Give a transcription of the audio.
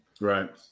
Right